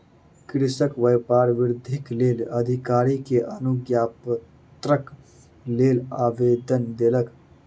कृषक व्यापार वृद्धिक लेल अधिकारी के अनुज्ञापत्रक लेल आवेदन देलक